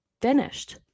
finished